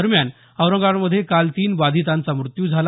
दरम्यान औरंगाबादमध्ये काल तीन बाधितांचा मृत्यू झाला